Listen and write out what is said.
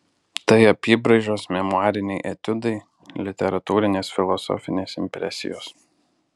tai apybraižos memuariniai etiudai literatūrinės filosofinės impresijos